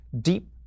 deep